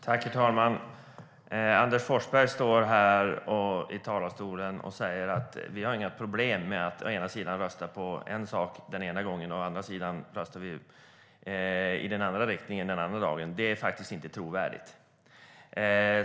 Herr talman! Anders Forsberg säger att Sverigedemokraterna inte har några problem med att rösta på en sak den ena dagen och att rösta i motsatt riktning den andra dagen. Det är inte trovärdigt.